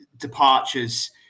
departures